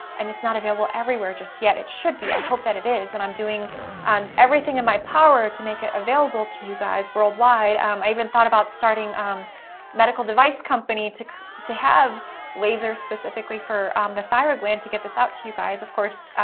and it's not available everywhere just yet. it should be, i hope that it is, and i'm doing um everything in my power to make it available to you guys worldwide. um i even thought about starting a um medical device company to to have lasers specifically for the thyroid gland to get this out to you guys. of course,